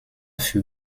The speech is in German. für